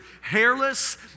hairless